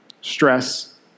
stress